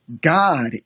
God